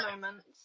moments